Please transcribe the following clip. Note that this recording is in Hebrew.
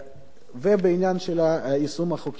ובעניין של יישום החוקים,